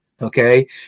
Okay